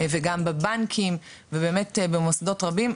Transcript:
בבנקים ובאמת במוסדות רבים,